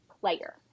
player